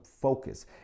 focus